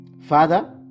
Father